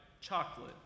chocolate